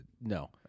No